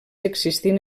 existint